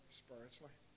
spiritually